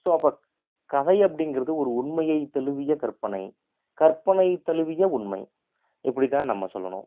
so அப்போ கதை அப்படிங்கிறது ஒரு உண்மையை தழுவிய கற்பனை கற்பனை தழுவிய உண்மை இப்படி தான் நம்ம சொல்லணும்